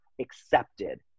accepted